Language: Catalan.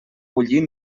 bullir